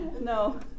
No